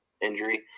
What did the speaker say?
injury